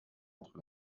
entre